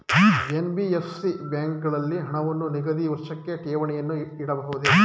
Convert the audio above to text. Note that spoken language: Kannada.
ಎನ್.ಬಿ.ಎಫ್.ಸಿ ಬ್ಯಾಂಕುಗಳಲ್ಲಿ ಹಣವನ್ನು ನಿಗದಿತ ವರ್ಷಕ್ಕೆ ಠೇವಣಿಯನ್ನು ಇಡಬಹುದೇ?